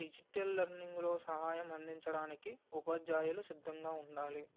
digital లెర్నింగ్లో సహాయం అందించడానికి ఉపాధ్యాయులు సిద్ధంగా ఉండాలి